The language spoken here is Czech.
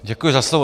Děkuji za slovo.